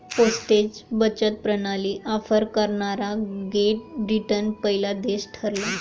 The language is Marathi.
पोस्टेज बचत प्रणाली ऑफर करणारा ग्रेट ब्रिटन पहिला देश ठरला